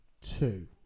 two